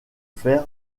fer